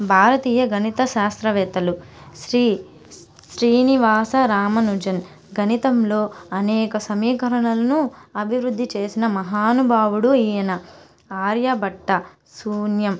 భారతీయ గణిత శాస్త్రవేత్తలు శ్రీ శ్రీనివాస రామానుజం గణితంలో అనేక సమీకరణలను అభివృద్ధి చేసిన మహానుభావుడు ఈయన ఆర్యభట్ట సూన్యం